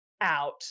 out